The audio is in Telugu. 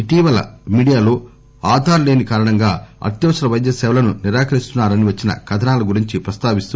ఇటీవల మీడియాలో ఆధార్ లేని కారణంగా అత్యవసర వైద్య సేవలను నిరాకరిస్తున్నారని వచ్చిన కథనాల గురించి ప్రస్తావిస్తూ